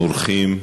אורחים,